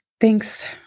thanks